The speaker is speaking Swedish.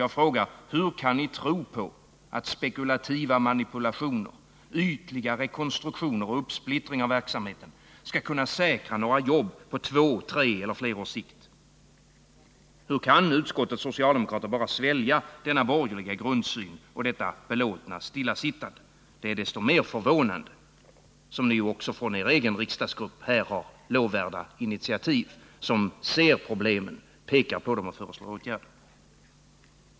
Jag frågar: Hur kan ni tro på att spekulativa manipulationer, ytliga rekonstruktioner och uppsplittring av verksamheten skall kunna säkra några jobb på två, tre eller flera års sikt? Hur kan utskottets socialdemokrater bara svälja denna borgerliga grundsyn och detta belåtna stillasittande? Det är desto mer förvånande, som ni ju också från er egen riksdagsgrupp tar lovvärda initiativ, ser problemen, pekar på dem och föreslår åtgärder.